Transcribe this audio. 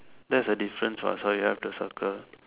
that's the difference so you have to circle